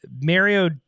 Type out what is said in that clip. Mario